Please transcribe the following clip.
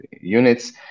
units